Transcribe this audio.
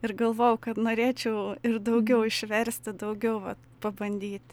ir galvojau kad norėčiau ir daugiau išversti daugiau vat pabandyti